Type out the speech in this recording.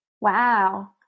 wow